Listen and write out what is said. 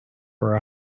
for